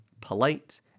polite